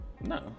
No